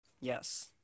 Yes